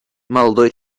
молодой